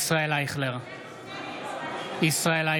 מה זה?